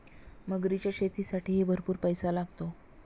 मगरीच्या शेतीसाठीही भरपूर पैसा लागतो